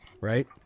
right